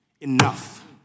enough